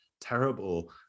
terrible